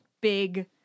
big